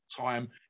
time